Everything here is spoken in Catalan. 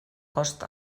cost